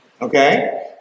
okay